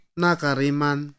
nakariman